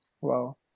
Wow